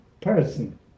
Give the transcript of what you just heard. person